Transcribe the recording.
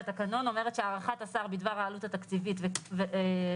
לתקנון אומרת שהערכת השר בדבר העלות התקציבית תוגש